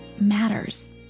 matters